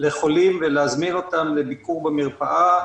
לחולים ולהזמין אותם לביקור במרפאה,